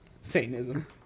Satanism